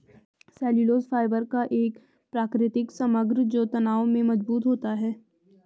cellulose fibre का एक प्राकृतिक समग्र जो तनाव में मजबूत होता है